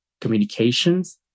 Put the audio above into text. communications